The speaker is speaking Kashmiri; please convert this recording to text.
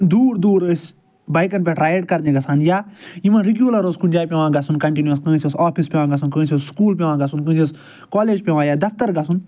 دوٗر دوٗر ٲسۍ بایکَن پٮ۪ٹھ رایڈ کَرنہِ گَژھان یا یِمَن ریٚگیوٗلَر اوس کُنہِ جایہِ پٮ۪وان گَژھُن کَنٹِنیوٗ کٲنٛسہِ اوس آفِس پٮ۪وان گَژھُن کٲنٛسہِ اوس سُکول پٮ۪وان گَژھُن کٲنٛسہِ اوس کالج پٮ۪وان یا دَفتَر گَژھُن